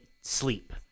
sleep